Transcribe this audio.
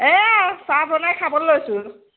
এই চাহ বনাই খাবলৈ লৈছোঁ